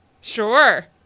Sure